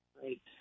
Great